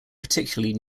particularly